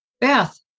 Beth